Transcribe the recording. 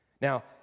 Now